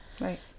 Right